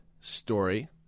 story